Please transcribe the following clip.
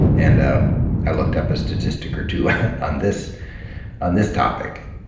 and i looked up a statistic or two on this on this topic,